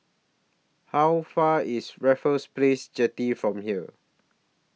How Far away IS Raffles Place Jetty from here